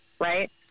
right